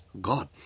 God